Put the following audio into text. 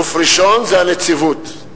הגוף הראשון זה הנציבות,